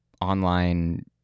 online